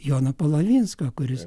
jono palavinsko kuris